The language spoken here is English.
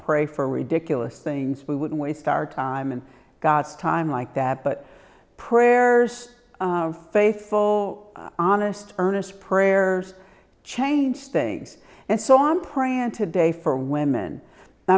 pray for ridiculous things we wouldn't waste our time and god's time like that but prayers faithful honest earnest prayers change things and so i'm praying today for women